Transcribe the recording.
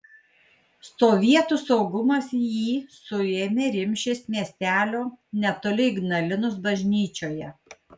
sovietų saugumas jį suėmė rimšės miestelio netoli ignalinos bažnyčioje